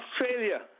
Australia